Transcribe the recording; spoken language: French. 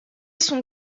son